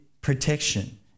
protection